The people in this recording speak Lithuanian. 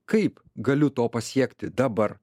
kaip galiu to pasiekti dabar